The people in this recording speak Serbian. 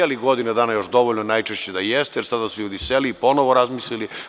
Da li je godinu dana još dovoljno, najčešće da jeste, jer sada su ljudi seli i ponovo razmislili.